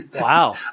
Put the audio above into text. wow